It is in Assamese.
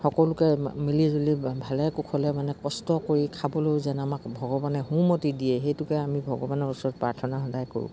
সকলোকে মিলিজুলি ভালে কুশলে মানে কষ্ট কৰি খাবলৈও যেন আমাক ভগৱানে সুমতি দিয়ে সেইটোকে আমি ভগৱানৰ ওচৰত প্ৰাৰ্থনা সদায় কৰোঁ